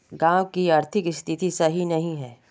गाँव की आर्थिक स्थिति सही नहीं है?